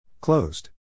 Closed